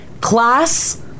class